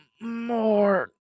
more